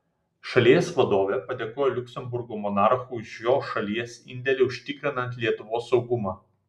šalies vadovė padėkojo liuksemburgo monarchui už jo šalies indėlį užtikrinant lietuvos saugumą